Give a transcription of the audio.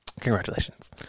congratulations